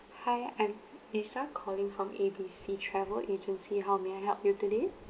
hi I'm lisa calling from A B C travel agency how may I help you today